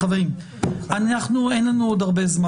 חברים, אין לנו עוד הרבה זמן.